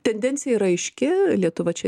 tendencija yra aiški lietuva čia